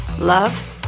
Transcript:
love